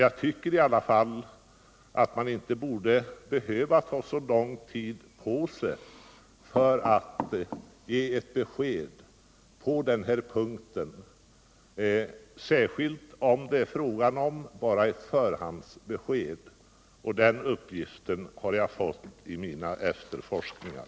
Jag tycker i alla fall att man inte borde behöva ta så lång tid på sig för att ge ett besked på den här punkten, särskilt om det är fråga om bara ett förhandsbesked, och den uppgiften har jag fått vid mina efterforskningar.